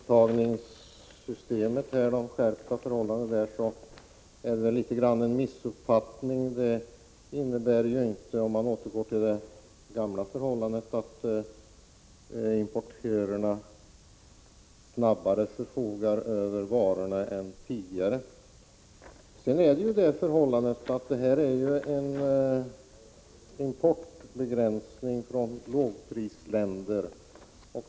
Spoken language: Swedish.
Herr talman! Det är en missuppfattning om man tror att en återgång till de gamla reglerna för hemtagningssystemet skulle innebära att importörerna snabbare förfogar över varorna än tidigare. Vi har en importbegränsning från lågprisländer.